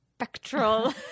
Spectral